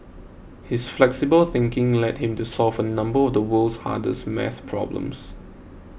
his flexible thinking led him to solve a number of the world's hardest math problems